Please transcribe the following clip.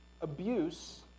abuse